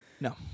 no